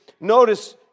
Notice